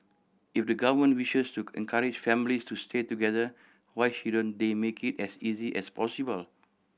if the government wishes to encourage families to stay together why shouldn't they make it as easy as possible